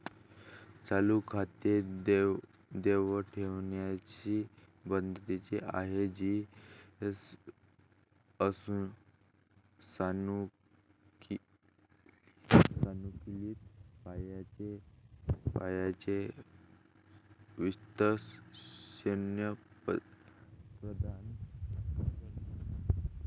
चालू खाती द्रव ठेवींशी संबंधित आहेत, जी सानुकूलित पर्यायांची विस्तृत श्रेणी प्रदान करते